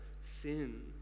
sin